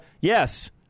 Yes